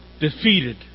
defeated